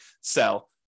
sell